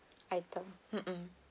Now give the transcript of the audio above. item mm mm